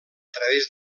través